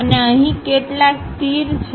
અને અહી કેટલાક તીર છે